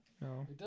No